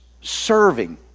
serving